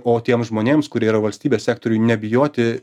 o tiem žmonėms kurie yra valstybės sektoriuj nebijoti